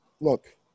look